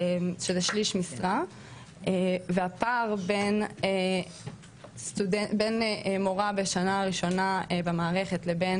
שזה שליש משרה והפער בין מורה בשנה ראשונה במערכת לבין